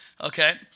Okay